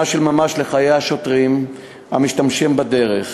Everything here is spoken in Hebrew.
של ממש לחיי השוטרים והמשתמשים בדרך,